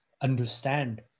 understand